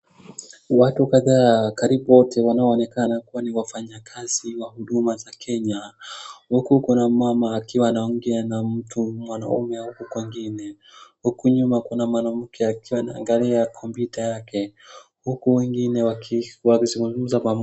Watu kadhaa karibu wote wanaoonekana kuwa ni wafanyakazi wa Huduma za Kenya. Huku kuna mmama akiwa anaongea na mtu mwanaume huku kwingine. Huku nyuma kuna mwanamke akiwa anaangalia kompyuta yake huku wengine wakizungumza.